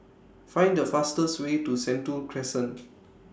Find The fastest Way to Sentul Crescent